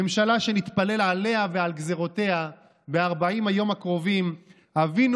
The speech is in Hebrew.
ממשלה שנתפלל עליה ועל גזרותיה ב-40 הימים הקרובים: אבינו